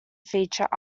featured